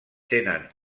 tenen